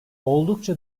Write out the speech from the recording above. oldukça